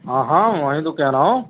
ہاں ہاں وہی تو کہہ رہا ہوں